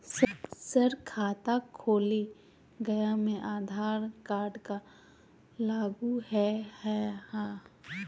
Sir खाता खोला गया मैं आधार कार्ड को लागू है हां?